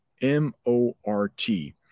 m-o-r-t